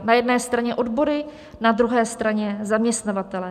Na jedné straně odbory, na druhé straně zaměstnavatelé.